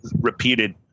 repeated